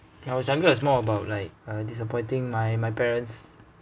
when I was younger it's more about like uh disappointing my my parents